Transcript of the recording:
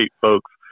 folks